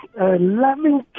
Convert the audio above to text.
loving